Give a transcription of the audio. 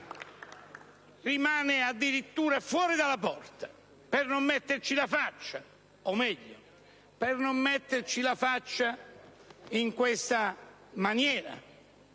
rimane addirittura fuori dalla porta, per non metterci la faccia, o meglio, per non metterci la faccia in questa maniera!